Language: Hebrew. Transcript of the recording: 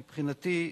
מבחינתי,